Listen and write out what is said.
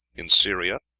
in syria,